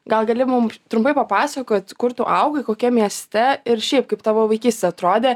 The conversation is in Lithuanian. gal gali mum trumpai papasakot kur tu augai kokiam mieste ir šiaip kaip tavo vaikystė atrodė